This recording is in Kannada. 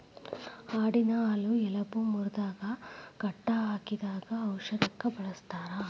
ಆಡಿನ ಹಾಲು ಎಲಬ ಮುರದಾಗ ಕಟ್ಟ ಹಾಕಿದಾಗ ಔಷದಕ್ಕ ಬಳಸ್ತಾರ